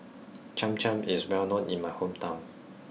Cham Cham is well known in my hometown